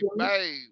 hey